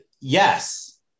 Yes